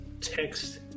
text